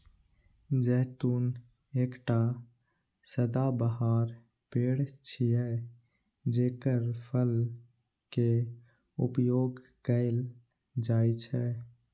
जैतून एकटा सदाबहार पेड़ छियै, जेकर फल के उपयोग कैल जाइ छै